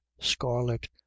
scarlet